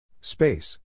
Space